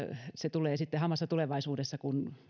se tulee sitten hamassa tulevaisuudessa kun